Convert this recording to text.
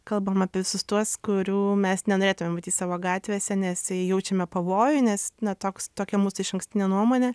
kalbam apie visus tuos kurių mes nenorėtume matyt savo gatvėse nes jaučiame pavojų nes na toks tokia mūsų išankstinė nuomonė